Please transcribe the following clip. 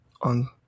on